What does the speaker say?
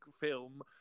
film